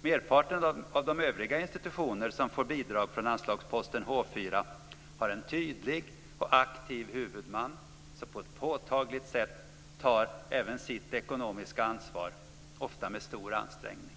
Merparten av de övriga institutioner som får bidrag från anslagsposten H4 har en tydlig och aktiv huvudman, som på ett påtagligt sätt tar även sitt ekonomiska ansvar, ofta med stor ansträngning.